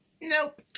nope